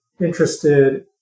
interested